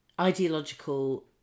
ideological